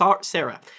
Sarah